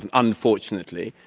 and unfortunately,